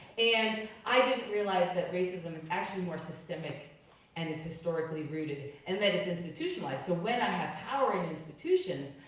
and i didn't realize that racism is actually more systemic and is historically rooted, and that it's institutionalized. so when i have power in institutions,